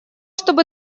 чтобы